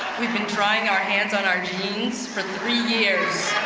we've been drying our hands on our jeans for three years.